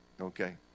okay